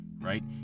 right